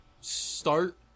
start